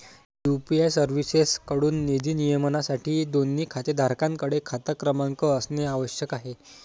UPI सर्व्हिसेसएकडून निधी नियमनासाठी, दोन्ही खातेधारकांकडे खाता क्रमांक असणे आवश्यक आहे